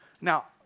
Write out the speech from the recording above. Now